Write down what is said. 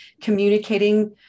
communicating